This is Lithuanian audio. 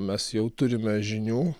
mes jau turime žinių